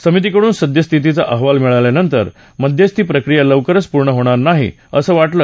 समितीकडून सद्यस्थितीचा अहवाल मिळाल्यानंतर मध्यस्थी प्रक्रिया लवकर पूर्ण होणार नाही असं वाटलं